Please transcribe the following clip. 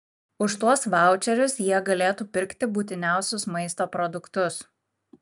už tuos vaučerius jie galėtų pirkti būtiniausius maisto produktus